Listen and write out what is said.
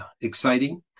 exciting